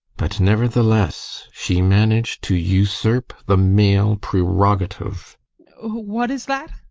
but nevertheless she managed to usurp the male prerogative what is that?